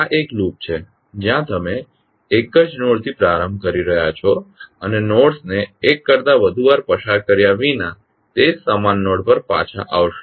આ એક લૂપ છે જ્યાં તમે એક જ નોડથી પ્રારંભ કરી રહ્યાં છો અને નોડ્સને એક કરતા વધુ વાર પસાર કર્યા વિના તે જ સમાન નોડ પર પાછા આવશો